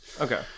okay